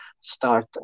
start